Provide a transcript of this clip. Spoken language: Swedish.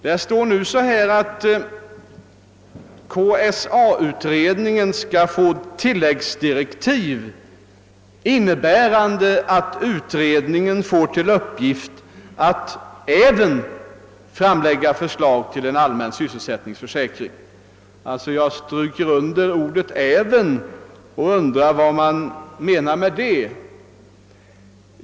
De begär att KSA-utredningen skall få »tilläggsdirektiv innebärande att utredningen får till uppgift att även framlägga förslag till en allmän sysselsättningsförsäkring». Jag undrar vad man menar med ordet »även».